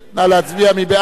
נא להצביע, מי בעד?